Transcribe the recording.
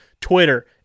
Twitter